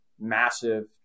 massive